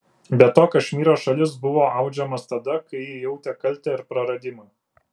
be to kašmyro šalis buvo audžiamas tada kai ji jautė kaltę ir praradimą